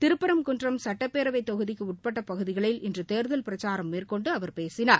திருப்பரங்குன்றம் சட்டப்பேரவைத் தொகுதிக்கு உட்பட்ட பகுதிகளில் இன்று தேர்தல் பிரச்சாரம் மேற்கொண்டு அவர் பேசினார்